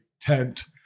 tent